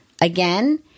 again